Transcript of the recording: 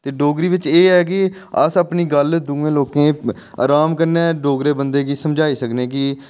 ते डोगरी बिच एह् ऐ कि अस अपनी गल्ल दूए लोकें ई आराम कन्नै डोगरे बंदे गी समझाई सकने कि